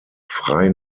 frei